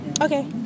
Okay